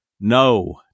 No